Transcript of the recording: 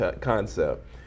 concept